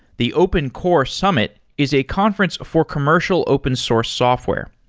the open core summit is a conference before commercial open source software.